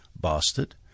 bastard